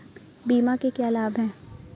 बीमा के क्या लाभ हैं?